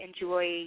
enjoy